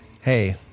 Hey